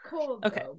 okay